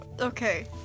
okay